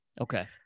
Okay